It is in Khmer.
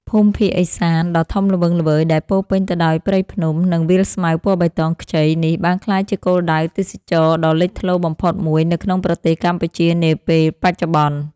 ភូមិភាគឦសានដ៏ធំល្វឹងល្វើយដែលពោរពេញទៅដោយព្រៃភ្នំ និង វាលស្មៅពណ៌បៃតងខ្ចីនេះបានក្លាយជាគោលដៅទេសចរណ៍ដ៏លេចធ្លោបំផុតមួយនៅក្នុងប្រទេសកម្ពុជានាពេលបច្ចុប្បន្ន។